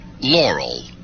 Laurel